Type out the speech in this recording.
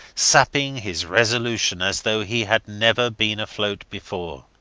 sapping his resolution as though he had never been afloat before.